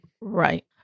Right